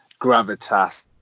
gravitas